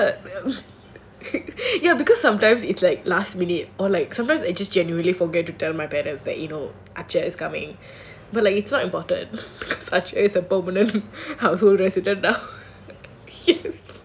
ya because sometimes it's like last minute or like sometimes I just genuinely forget to tell my parents that you know acha is coming but like it's not important acha is a permanent household resident now